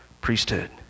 priesthood